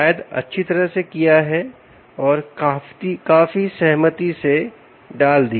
शायद अच्छी तरह से किया है और काफी सहमति से डाल दिया